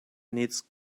needs